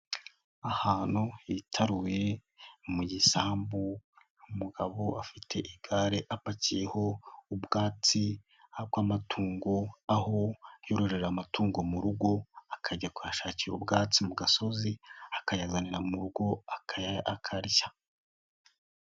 Ahantu hitaruye mu gisambu, umugabo afite igare apakiyeho ubwatsi bw'amatingo, aho yororera amatungo mu rugo akajya kushakira ubwatsi mu gasozi akayazanira mu rugo akarya.